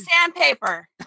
sandpaper